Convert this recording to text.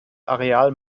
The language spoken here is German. areal